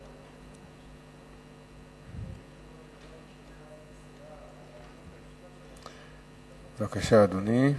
בבקשה, אדוני,